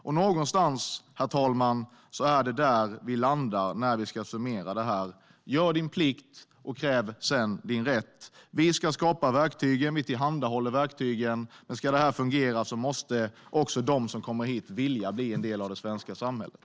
Det är där, herr talman, vi landar när vi ska summera det här: Gör din plikt, och kräv sedan din rätt! Vi ska skapa verktygen, vi tillhandahåller verktygen, men ska det här fungera måste också de som kommer hit vilja bli en del av det svenska samhället.